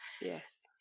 Yes